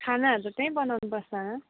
खानाहरू त्यहीँ बनाउनु पर्छ